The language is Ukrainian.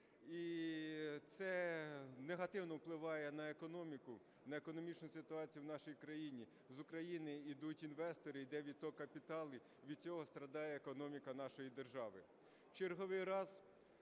і це негативно впливає на економіку, на економічну ситуацію в нашій країні. З України ідуть інвестори, йде відтік капіталу, від цього страждає економіка нашої держави.